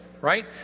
right